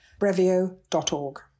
brevio.org